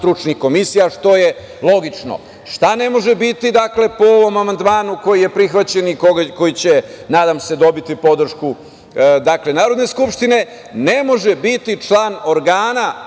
naučno-stručnih komisija, što je logično. Šta ne može biti, po ovom amandmanu koji je prihvaćen i koji će, nadam se, dobiti podršku Narodne skupštine? Ne može biti član organa